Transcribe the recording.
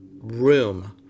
room